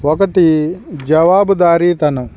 ఒకటి జవాబుదారితనం